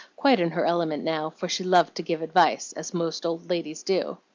quite in her element now, for she loved to give advice, as most old ladies do.